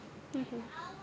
mmhmm